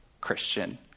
Christian